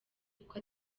kuko